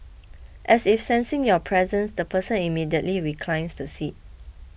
as if sensing your presence the person immediately reclines the seat